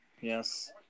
Yes